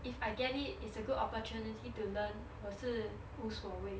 if I get it is a good opportunity to learn 我是无所谓